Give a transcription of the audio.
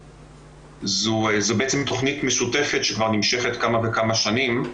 זו בעצם תכנית משותפת שכבר נמשכת כמה וכמה שנים,